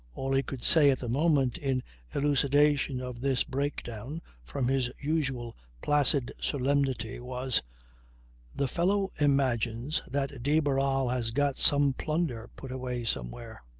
all he could say at the moment in elucidation of this breakdown from his usual placid solemnity was the fellow imagines that de barral has got some plunder put away somewhere.